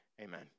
Amen